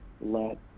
let